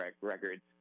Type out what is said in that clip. records